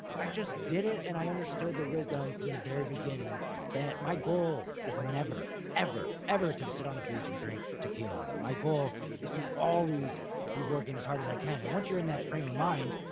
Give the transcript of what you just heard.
i just did it. and i understood the wisdom from the very beginning that my goal is never, ever, ever to sit on a beach and drink tequila. my goal is to always be working as hard as i can. and once you're in that frame of mind,